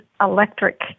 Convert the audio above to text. electric